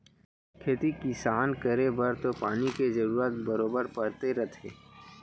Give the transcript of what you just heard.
खेती किसान करे बर तो पानी के जरूरत बरोबर परते रथे